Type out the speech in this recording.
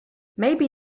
maybe